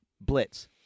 blitz